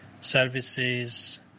services